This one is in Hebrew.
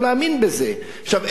איך יכול להיות שאנחנו,